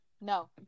no